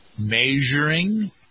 measuring